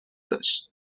داشت